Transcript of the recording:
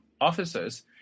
officers